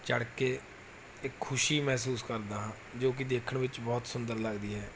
ਜੜ੍ਹ ਕੇ ਇਹ ਖੁਸ਼ੀ ਮਹਿਸੂਸ ਕਰਦਾ ਹਾਂ ਜੋ ਕਿ ਦੇਖਣ ਵਿੱਚ ਬਹੁਤ ਸੁੰਦਰ ਲੱਗਦੀ ਹੈ